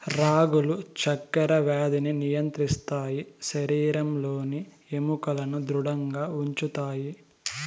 రాగులు చక్కర వ్యాధిని నియంత్రిస్తాయి శరీరంలోని ఎముకలను ధృడంగా ఉంచుతాయి